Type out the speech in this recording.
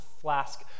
flask